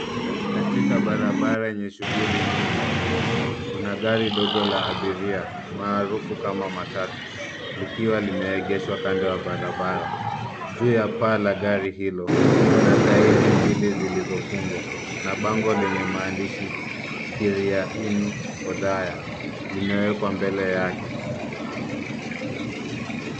Katika kwenye barabara yenye shughuli nyingi kuna gari ndogo la abiria maarufu kama matatu, likiwa limeegeshwa kando ya barabara, juu ya paa la gari hilo kuna tairi mbili zilizo fungwa